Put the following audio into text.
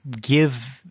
give